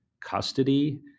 custody